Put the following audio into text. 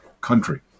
country